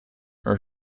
her